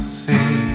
see